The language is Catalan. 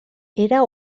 era